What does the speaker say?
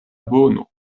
bono